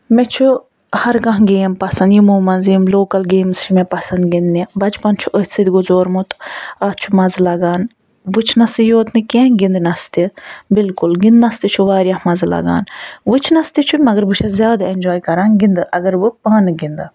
مےٚ چھُ ہر کانٛہہ گیم پَسَنٛد یِمو مَنٛز یِم لوکَل گیمز چھِ مےٚ پَسَنٛد گِنٛدنہ بَچپَن چھُ أتھۍ سۭتۍ گُزورمُت اتھ چھُ مَزٕ لگان وٕچھنَسے یوت نہٕ کینٛہہ گِندنَس تہِ بِلکُل گِنٛدنَس تہِ چھُ واریاہ مَزٕ لگان وٕچھنَس تہِ چھُ مگر بہٕ چھَس زیادٕ ایٚنجاے کران گِندٕ اگر بہٕ پانہٕ گِندٕ